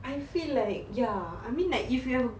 I feel like ya I mean like if you have